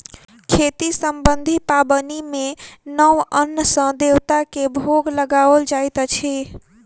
खेती सम्बन्धी पाबनि मे नव अन्न सॅ देवता के भोग लगाओल जाइत अछि